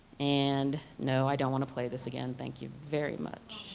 and no i don't want to play this again, thank you very much.